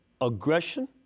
aggression